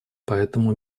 поэтому